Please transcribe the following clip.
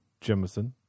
Jemison